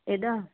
एॾा